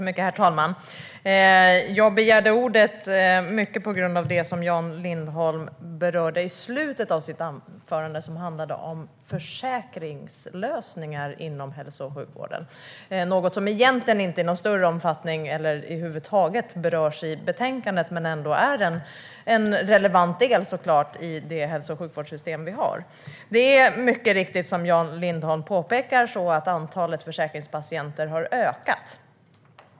Herr talman! Jag begärde ordet mycket på grund av det som Jan Lindholm berörde i slutet av sitt anförande som handlade om försäkringslösningar inom hälso och sjukvården. Det är något som egentligen inte i någon större omfattning eller ens över huvud taget berörs i betänkandet men ändå är en relevant del i det hälso och sjukvårdssystem som vi har. Det är mycket riktigt så, som Jan Lindholm påpekar, att antalet försäkringspatienter har ökat.